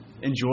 enjoy